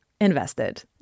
invested